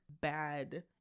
bad